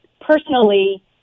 personally